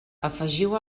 afegiu